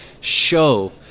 show